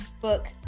book